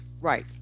right